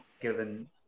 given